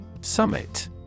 SUMMIT